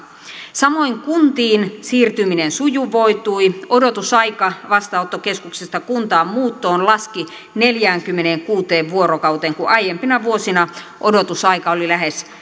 samoin kuntiin siirtyminen sujuvoitui odotusaika vastaanottokeskuksesta kuntaan muuttoon laski neljäänkymmeneenkuuteen vuorokauteen kun aiempina vuosina odotusaika oli lähes